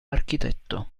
architetto